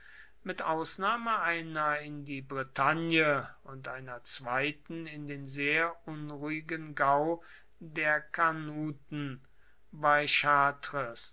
mit ausnahme einer in die bretagne und einer zweiten in den sehr unruhigen gau der carnuten